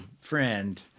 friend